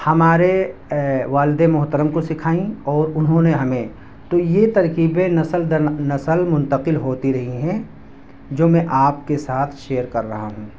ہمارے والد محترم کو سکھائیں اور انہوں نے ہمیں تو یہ ترکیبیں نسل در نسل منتقل ہوتی رہی ہیں جو میں آپ کے ساتھ شیئر رہا ہوں